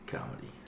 Comedy